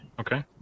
Okay